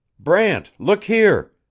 brant, look here,